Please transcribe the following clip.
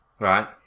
Right